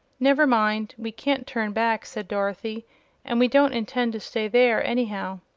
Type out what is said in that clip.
never mind we can't turn back, said dorothy and we don't intend to stay there, anyhow.